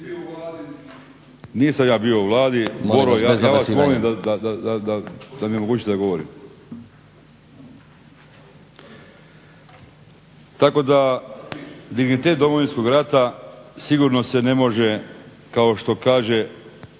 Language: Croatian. Josip (HDZ)** Boro ja vas molim da mi omogućite da govorim. Tako da dignitet Domovinskog rata sigurno se ne može kao što kaže